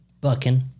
Bucking